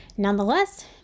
Nonetheless